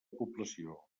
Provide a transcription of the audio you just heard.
població